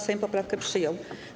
Sejm poprawkę przyjął.